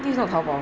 this is not 淘宝